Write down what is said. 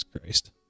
Christ